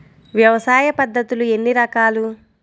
వ్యవసాయ పద్ధతులు ఎన్ని రకాలు?